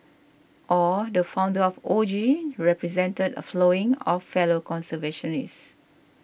aw the founder of O G represented a following of fellow conservationists